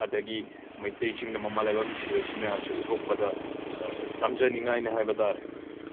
ꯑꯗꯒꯤ ꯃꯩꯇꯩꯁꯤꯡꯅ ꯃꯃꯥꯂꯩꯕꯥꯛ ꯅꯨꯡꯁꯤꯕꯁꯤ ꯃꯌꯥꯝꯁꯤ ꯎꯠꯊꯣꯛꯄꯗ ꯇꯝꯖꯅꯤꯡꯉꯥꯏꯅꯤ ꯍꯥꯏꯕ ꯇꯥꯔꯦ